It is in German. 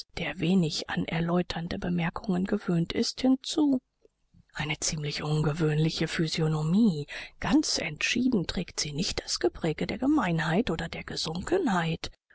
der wenig an erläuternde bemerkungen gewöhnt ist hinzu eine ziemlich ungewöhnliche physiognomie ganz entschieden trägt sie nicht das gepräge der gemeinheit oder der gesunkenheit